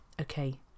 Okay